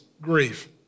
grief